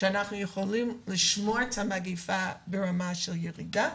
שאנחנו יכולים לשמור את המגיפה ברמה של ירידה,